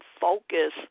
focus